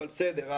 אבל בסדר.